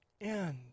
end